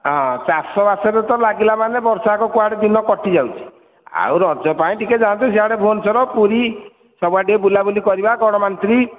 ହଁ ଚାଷବାସରେ ତ ଲାଗିଲା ମାନେ ବର୍ଷଯାକ କୁଆଡ଼େ ଦିନ କଟିଯାଉଛି ଆଉ ରଜ ପାଇଁ ଟିକିଏ ଯାଆନ୍ତୁ ସିଆଡ଼େ ଭୂବନେଶ୍ଵର ପୁରୀ ସବୁଆଡ଼େ ଟିକିଏ ବୁଲାବୁଲି କରିବା କ'ଣ ମାନସିକ